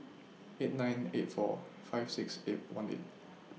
eight nine eight four five six eight one eight